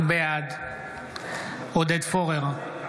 בעד עודד פורר,